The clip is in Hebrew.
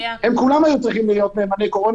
כולם היו צריכים להיות "נאמני קורונה",